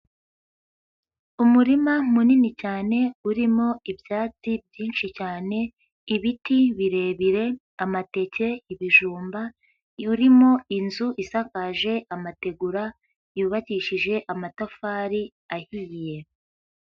Umurima munini cyane urimo ibyatsi byinshi cyane, ibiti birebire, amateke, ibijumba, urimo inzu isakaje amategura, yubakishije amatafari ahiye.